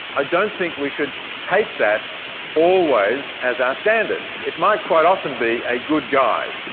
i don't think we should take that always as our standard. it might quite often be a good guide,